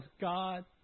God